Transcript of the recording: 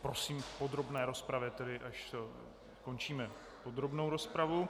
Prosím v podrobné rozpravě, tedy až skončíme podrobnou rozpravu.